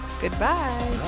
Goodbye